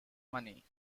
money